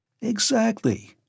Exactly